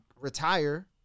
retire